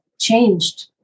changed